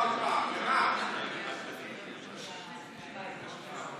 אתה מעליב במה שאתה אומר.